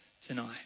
tonight